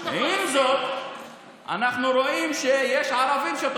זה יש לכם את הרשות הפלסטינית.